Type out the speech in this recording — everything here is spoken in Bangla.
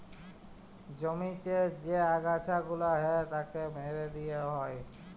জমিতে যে আগাছা গুলা হ্যয় তাকে মেরে দিয়ে হ্য়য়